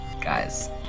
guys